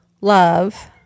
love